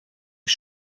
ich